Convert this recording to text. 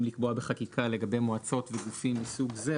לקבוע בחקיקה לגבי מועצות וגופים מסוג זה,